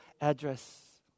address